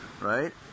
right